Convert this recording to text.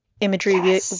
imagery